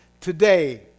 today